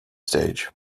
stage